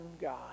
God